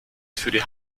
für